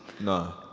No